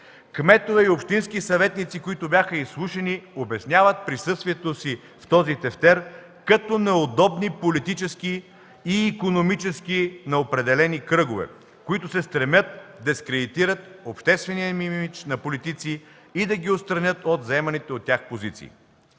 Кметове и общински съветници, които бяха изслушани, обясняват присъствието си в този тефтер като неудобни политически и икономически на определени кръгове, които се стремят да дискредитират обществения им имидж на политици и да ги отстранят от заеманите от тях позиции.